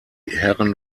herren